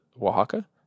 Oaxaca